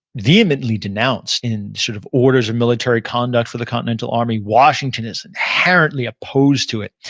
vehemently denounced in sort of orders of military conduct for the continental army. washington is inherently opposed to it.